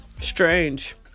strange